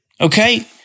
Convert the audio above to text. Okay